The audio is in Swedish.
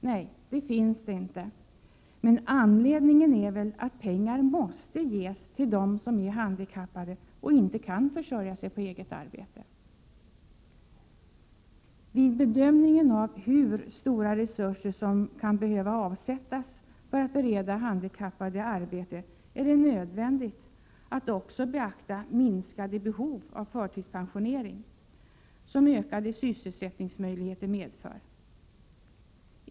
Nej, det finns det inte, men anledningen härtill är väl att pengar måste ges till den som är handikappad och inte kan försörja sig på eget arbete. Vid bedömningen av hur stora resurser som kan behöva avsättas för att bereda handikappade arbete är det nödvändigt att också beakta det minskade behov av förtidspensionering som ökade sysselsättningsmöjligheter medför.